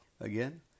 Again